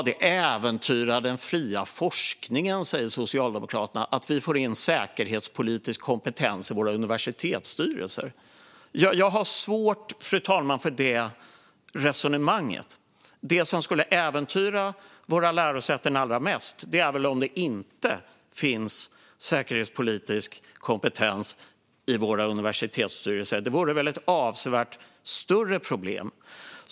Det äventyrar den fria forskningen att vi får in säkerhetspolitisk kompetens i våra universitetsstyrelser, säger Socialdemokraterna. Jag har, fru talman, svårt för det resonemanget. Det som skulle äventyra våra lärosäten allra mest vore väl om det inte fanns säkerhetspolitisk kompetens i våra universitetsstyrelser. Det vore väl ett avsevärt större problem.